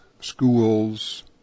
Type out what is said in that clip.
schools